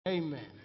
Amen